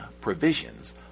provisions